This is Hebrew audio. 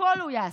הכול הוא יעשה.